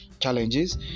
challenges